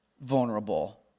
vulnerable